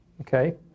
okay